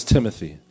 Timothy